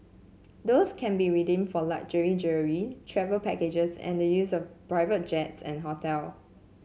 those can be redeemed for luxury jewellery travel packages and the use of private jets and hotel